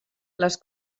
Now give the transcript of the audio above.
les